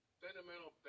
fundamental